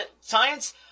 Science